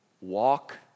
walk